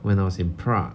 when I was in prague